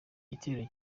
gitero